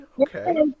okay